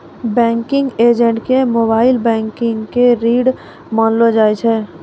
banking एजेंटो के mobile banking के रीढ़ मानलो जाय छै